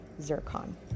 zircon